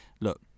look